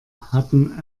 hatten